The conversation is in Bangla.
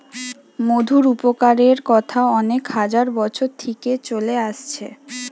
মধুর উপকারের কথা অনেক হাজার বছর থিকে চলে আসছে